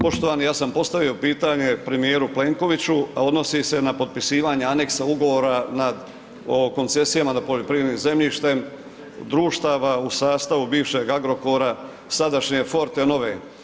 Poštovani ja sam postavio pitanje premjeru Plenkoviću, a odnosi se na potpisivanje aneksa ugovora na koncesijama nad poljoprivrednim zemljištem, društava u sustavu bivšeg Agrokora, sadašnje Fortenove.